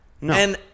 No